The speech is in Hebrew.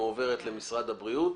שמועברת למשרד הבריאות